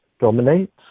dominates